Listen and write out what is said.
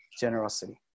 generosity